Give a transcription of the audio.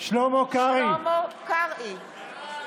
חברי הכנסת,